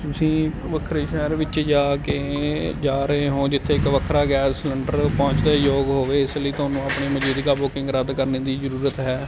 ਤੁਸੀਂ ਵੱਖਰੇ ਸ਼ਹਿਰ ਵਿੱਚ ਜਾ ਕੇ ਜਾ ਰਹੇ ਹੋ ਜਿੱਥੇ ਇੱਕ ਵੱਖਰਾ ਗੈਸ ਸਲੰਡਰ ਪਹੁੰਚ ਦੇ ਯੋਗ ਹੋਵੇ ਇਸ ਲਈ ਤੁਹਾਨੂੰ ਆਪਣੀ ਮੌਜੂਦਾ ਬੁਕਿੰਗ ਰੱਦ ਕਰਨ ਦੀ ਜ਼ਰੂਰਤ ਹੈ